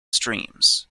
streams